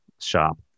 shop